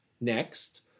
next